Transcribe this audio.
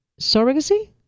surrogacy